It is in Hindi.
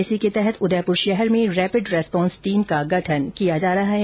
इसी के तहत उदयपुर शहर में रेपिड रेस्पोंस टीम का गठन किया जा रहा है